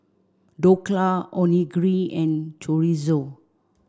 Dhokla Onigiri and Chorizo